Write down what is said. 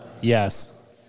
Yes